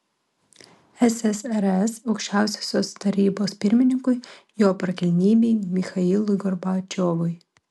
ssrs aukščiausiosios tarybos pirmininkui jo prakilnybei michailui gorbačiovui